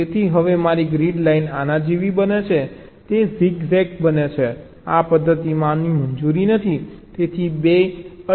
તેથી હવે મારી ગ્રીડ લાઇન આના જેવી બને છે તે ઝિગઝેગ બને છે આ પદ્ધતિમાં આની મંજૂરી નથી